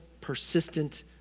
persistent